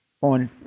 on